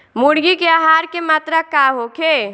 मुर्गी के आहार के मात्रा का होखे?